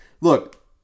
Look